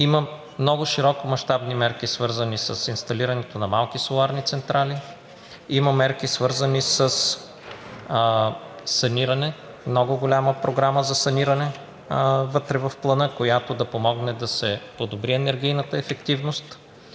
има много широкомащабни мерки, свързани с инсталирането на малки соларни централи, има мерки, свързани със саниране – много голяма програма за саниране вътре в Плана, която да помогне да се подобри енергийната ефективност.